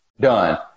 done